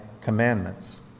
commandments